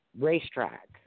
racetrack